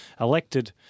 elected